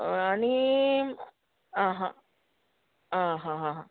हय आनी आ हा आ हा हा हा